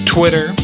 Twitter